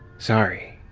sorry.